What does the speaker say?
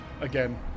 again